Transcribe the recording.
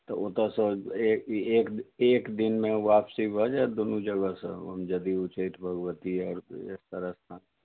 तऽ ओतऽसँ एक एक दिनमे आपसी भऽ जायत दूनू जगहसँ हम यदि उच्चैठ भगवती एक तरहसँ